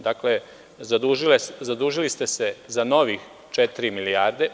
Dakle, zadužili ste se za nove četiri milijarde.